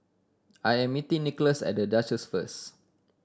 I'm meeting Nickolas at The Duchess first